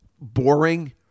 boring